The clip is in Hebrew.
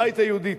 הבית היהודי,